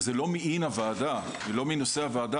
שהיא לא מעין הוועדה ולא מהנושא של הדיון הזה,